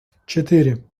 четыре